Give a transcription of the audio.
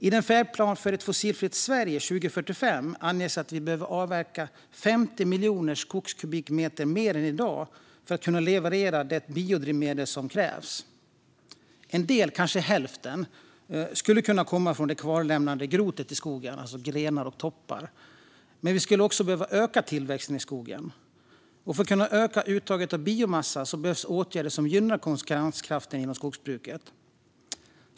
I färdplanen för ett fossilfritt Sverige 2045 anges att vi behöver avverka 50 miljoner skogskubikmeter mer än i dag för att kunna leverera det biodrivmedel som krävs. En del - kanske hälften - skulle kunna komma från den kvarlämnade groten i skogen, alltså grenar och toppar, men vi skulle också behöva öka tillväxten i skogen. För att vi ska kunna öka uttaget av biomassa behövs åtgärder som gynnar konkurrenskraften inom skogsbruket.